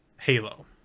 Halo